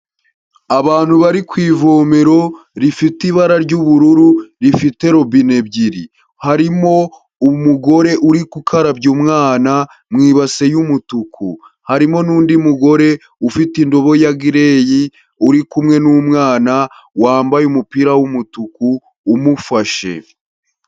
Abantu bari ku ivomero rifite ibara ry'ubururu, rifite robine ebyiri, harimo umugore uri gukarabya umwana mu ibase y'umutuku, harimo n'undi mugore ufite indobo ya gireyi uri kumwe n'umwana wambaye umupira w'umutuku umufashe.